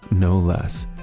no less.